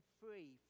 free